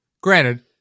Granted